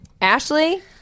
Ashley